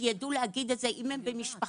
שיידעו להגיד את זה אם הם במשפחתון,